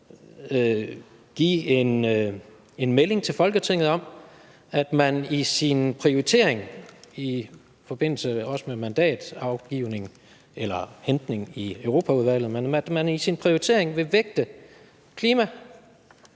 give en melding til Folketinget om, at man i sin prioritering i forbindelse med mandatafgivning eller -hentning i Europaudvalget vil vægte klima,